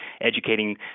educating